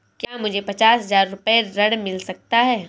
क्या मुझे पचास हजार रूपए ऋण मिल सकता है?